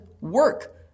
work